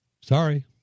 sorry